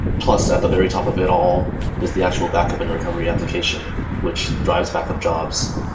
plus, at the very top of it all is the actual backup and recovery application which drives backup jobs,